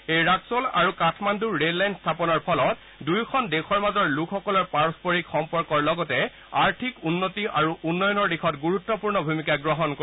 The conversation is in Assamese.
এই ৰক্স'ল আৰু কাঠমাণ্ডু ৰে'ল লাইনৰ ফলত দুয়োখন দেশৰ মাজৰ লোকসকলৰ পাৰস্পৰিক সম্পৰ্কৰ লগতে আৰ্থিক উন্নতি আৰু উন্নয়নৰ দিশত গুৰুত্বপূৰ্ণ ভূমিকা গ্ৰহণ কৰিব